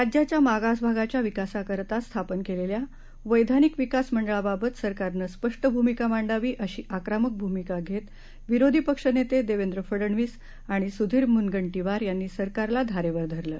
राज्याच्या मागास भागाच्या विकासाकरता स्थापन केलेल्या वैधानिक विकास मंडळाबाबत सरकारनं स्पष्ट भूमिका मांडावी अशी आक्रमक भूमिका घेत विरोधी पक्षनेते देवेन्द्र फडनवीस आणि सुधीर मुनगंटीवार यांनी सरकारला धारेवर धरलं